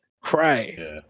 cry